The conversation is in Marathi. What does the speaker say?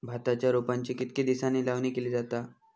भाताच्या रोपांची कितके दिसांनी लावणी केली जाता?